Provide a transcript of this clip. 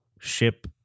ship